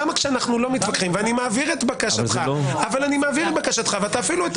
למה כשאנחנו לא מתווכחים ואני מעביר את בקשתך אתה אפילו את